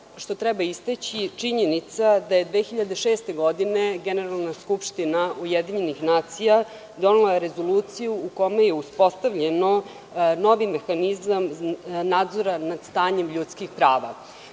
što treba istaći činjenica da je 2006. godine Generalna skupština UN donela Rezoluciju u kojoj je uspostavljen novi mehanizam nadzora nad stanjem ljudskih prava. Kao